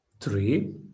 Three